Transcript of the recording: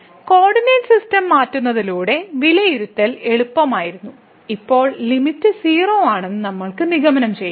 coordinate സിസ്റ്റത്തിലേക്ക് മാറ്റുന്നതിലൂടെ വിലയിരുത്തൽ എളുപ്പമായിരുന്നു ഇപ്പോൾ ലിമിറ്റ് 0 ആണെന്ന് നമ്മൾക്ക് നിഗമനം ചെയ്യാം